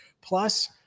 Plus